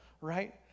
right